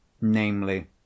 namely